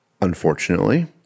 unfortunately